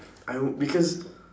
I would because